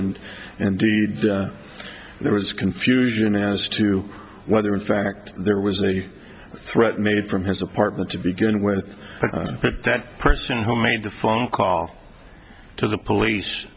and there was confusion as to whether in fact there was a threat made from his apartment to begin with that person who made the phone call to the police